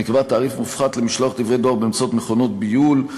נקבע תעריף מופחת למשלוח דברי דואר באמצעות מכונות ביול,